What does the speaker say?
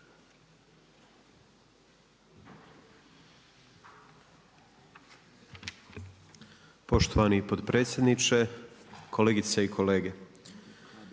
gospodine predsjedniče, kolegice i kolege.